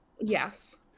yes